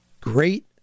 Great